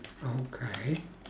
okay